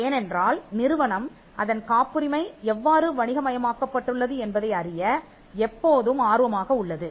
ஏனென்றால் நிறுவனம் அதன் காப்புரிமை எவ்வாறு வணிக மயமாக்கப்பட்டுள்ளது என்பதை அறிய எப்போதும் ஆர்வமாக உள்ளது